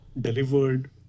delivered